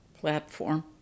platform